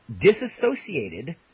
disassociated